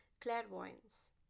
clairvoyance